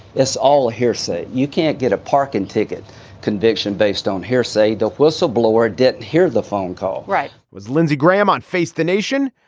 it's all hearsay. you can't get a parking ticket conviction based on hearsay. the whistle blower didn't hear the phone call. right was lindsey graham on face the nation.